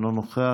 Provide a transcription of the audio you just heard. אינו נוכח,